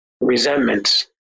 Resentments